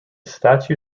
statue